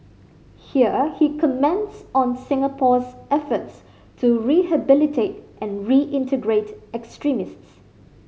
here he comments on Singapore's efforts to rehabilitate and reintegrate extremists